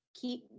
keep